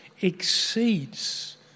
exceeds